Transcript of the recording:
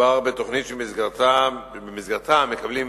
מדובר בתוכנית שבמסגרתה מקבלים